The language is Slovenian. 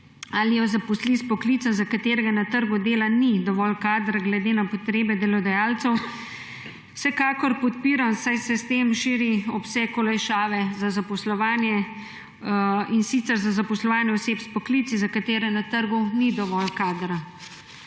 ali jo zaposli iz poklica, za katerega na trgu dela ni dovolj kadra glede na potrebe delodajalcev.« To vsekakor podpiram, saj se s tem širi obseg olajšave za zaposlovanje, in sicer za zaposlovanje oseb s poklici, za katere na trgu ni dovolj kadra.